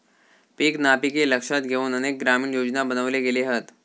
पीक नापिकी लक्षात घेउन अनेक ग्रामीण योजना बनवले गेले हत